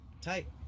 tight